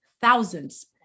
thousands